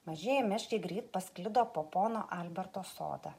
mažieji meškiai greit pasklido po pono alberto sodą